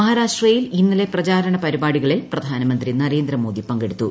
മഹാരാഷ്ട്രയിൽ ഇന്നലെ പ്രചാരണ പരിപാടികളിൽ പ്രധാനമന്ത്രി നരേന്ദ്രമോദി പങ്കെടുത്തു